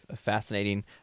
fascinating